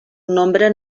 nombre